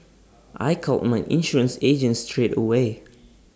I called my insurance agent straight away